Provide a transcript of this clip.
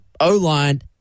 O-line